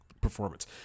Performance